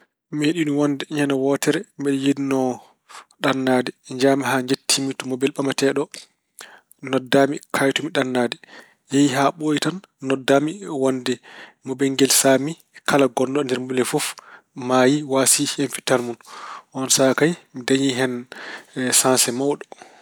Meeɗiino wonde ñande wootere mbeɗe yiɗnoo ɗannaade. Njahmi haa njettiimi to mobel ɓametoo ɗo noddaami kayitumi ɗannaade. Yehi haa ɓooyi tan noddaami wonde mobel ngel saamii. Kala ngonnooɗo e nder mobel ngel fof maayi, waasi hen fiɗtaandu mun. Oon sahaa kayi mi dañii hen saanse mawɗo.